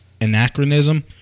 anachronism